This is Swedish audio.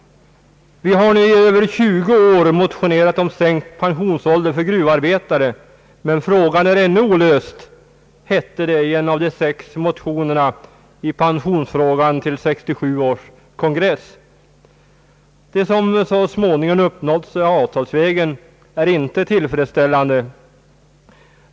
»Vi har nu i över 20 år motionerat om sänkt pensionsålder för gruvarbetare, men frågan är ännu olöst», hette det i en av de sex motionerna i pensionsfrågan till 1967 års gruvarbetarkongress. Vad som så småningom har uppnåtts avtalsvägen är inte tillfredsställande.